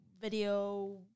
video